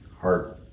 heart